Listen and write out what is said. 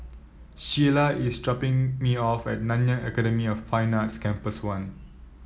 Shiela is dropping me off at Nanyang Academy of Fine Arts Campus One